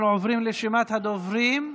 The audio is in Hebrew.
אנחנו עוברים לרשימת הדוברים.